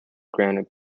granite